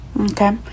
okay